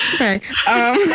Okay